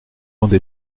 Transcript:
monde